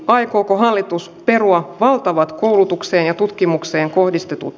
aikooko hallitus perua valtavat koulutuksen ja tutkimuksen kohdistetut